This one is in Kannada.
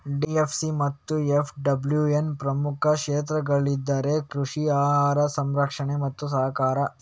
ಡಿ.ಎ.ಸಿ ಮತ್ತು ಎಫ್.ಡಬ್ಲ್ಯೂನ ಪ್ರಮುಖ ಕ್ಷೇತ್ರಗಳೆಂದರೆ ಕೃಷಿ, ಆಹಾರ ಸಂರಕ್ಷಣೆ ಮತ್ತು ಸಹಕಾರ